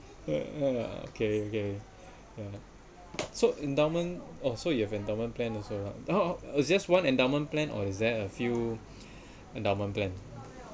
ah okay okay ya so endowment oh so you have endowment plan also what just one endowment plan or is there a few endowment plan